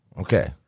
Okay